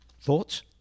Thoughts